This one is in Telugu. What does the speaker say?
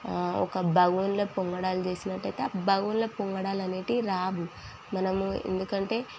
ఒక బగోనిలో పొంగడాలు చేసినట్టయితే ఆ బగోనిలో పొంగడాలు అనేవి రావు మనము ఎందుకంటే